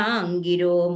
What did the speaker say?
angiro